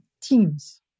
teams